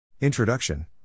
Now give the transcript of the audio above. Introduction